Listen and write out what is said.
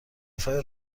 فای